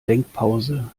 denkpause